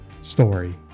story